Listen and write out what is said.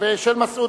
ומסעוד